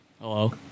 Hello